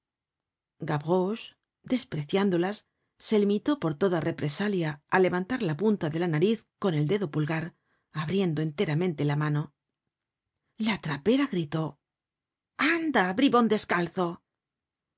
gavroche despreciándolas se limitó por toda represalia á levantar la punta de la nariz con el dedo pulgar abriendo enteramente la mano la trapera gritó anda bribon descalzo la